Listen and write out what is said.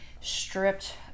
stripped